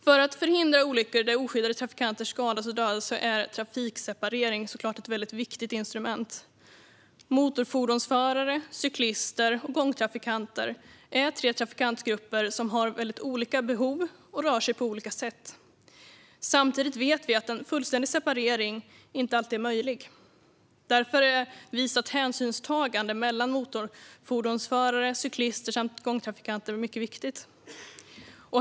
För att förhindra olyckor där oskyddade trafikanter skadas och dödas är trafikseparering ett väldigt viktigt instrument. Motorfordonsförare, cyklister och gångtrafikanter är tre trafikantgrupper som har väldigt olika behov och rör sig på olika sätt. Samtidigt vet vi att en fullständig separering inte alltid är möjlig. Därför är visat hänsynstagande mellan motorfordonsförare, cyklister samt gångtrafikanter mycket viktigt.